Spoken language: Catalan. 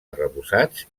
arrebossats